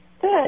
good